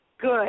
good